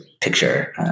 picture